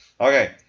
Okay